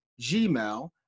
Gmail